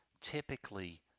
typically